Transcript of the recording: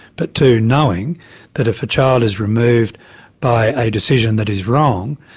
but two, knowing that if a child is removed by a decision that is wrong,